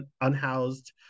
unhoused